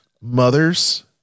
Mother's